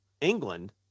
England